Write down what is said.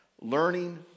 learning